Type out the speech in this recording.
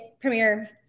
premiere